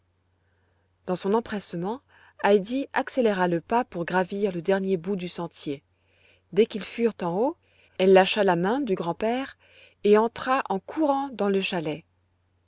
dans son empressement heidi accéléra le pas pour gravir le dernier bout du sentier dès qu'ils furent en haut elle lâcha la main du grand-père et entra en courant dans le chalet